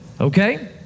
Okay